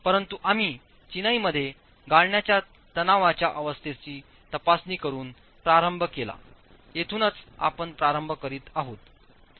परंतु आम्ही चिनाई मध्ये क्रशिंग तणावाच्या अवस्थेची तपासणी करुन प्रारंभ केला येथूनच आपण प्रारंभ करीत आहोत